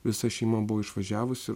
visa šeima buvo išvažiavusi